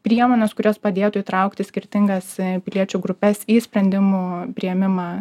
priemonės kurios padėtų įtraukti skirtingas piliečių grupes į sprendimų priėmimą